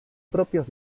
propios